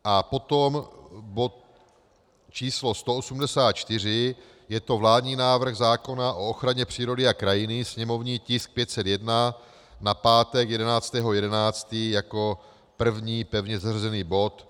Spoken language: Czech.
A potom bod č. 184, je to vládní návrh zákona o ochraně přírody a krajiny, sněmovní tisk 501, na pátek 11. 11. jako první pevně zařazený bod.